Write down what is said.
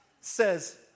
says